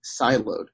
siloed